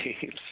teams